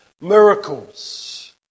Miracles